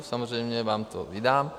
Samozřejmě vám to vydám.